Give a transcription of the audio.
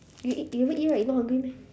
you eat you haven't eat right you not hungry meh